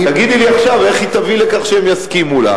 תגידי לי עכשיו איך היא תביא לכך שהם יסכימו לה.